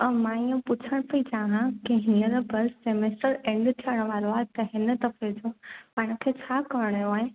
ऐं मां ईअं पुछण पई चाहियां की हीअंर फस्ट सैमेस्टर एंड थियण वारो आहे त हिन दफ़े जो पाण खे छा करणो आहे